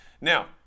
Now